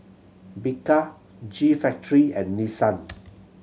Bika G Factory and Nissan